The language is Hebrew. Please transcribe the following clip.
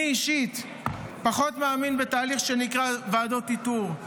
אני אישית פחות מאמין בתהליך שנקרא ועדת איתור.